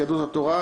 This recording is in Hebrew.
יהדות התורה,